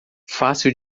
fácil